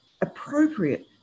appropriate